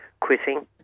quitting